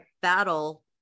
battle